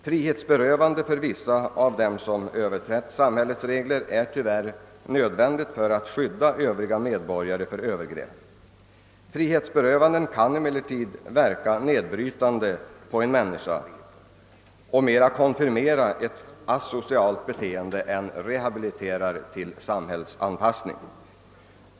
Frihetsberövande för vissa av dem som överträtt samhällets regler är tyvärr nödvändigt för att skydda övriga medborgare mot övergrepp. Frihetsberövanden kan emellertid verka nedbrytande på en människa och mera konfirmera ett asocialt beteende än rehabilitera och åstadkomma samhällsanpassning.